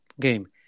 game